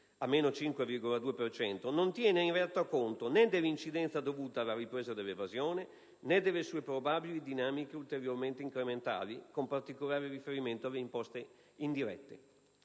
cento), non tiene in realtà conto né dell'incidenza dovuta alla ripresa dell'evasione, né delle sue probabili dinamiche ulteriormente incrementali, con particolare riferimento alle imposte indirette.